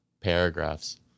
paragraphs